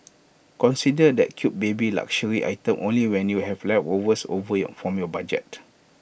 consider that cute baby luxury item only when you have leftovers over you from your budget